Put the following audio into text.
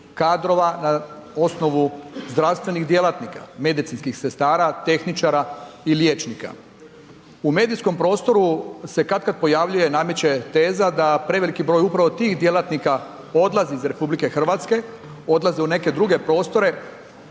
kadrova na osnovu zdravstvenih djelatnika, medicinskih sestara, tehničara i liječnika. U medijskom prostoru se katkad pojavljuje, nameće teza da preveliki broj upravo tih djelatnika odlazi iz RH, odlazi u neke druge prostore